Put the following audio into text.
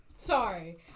Sorry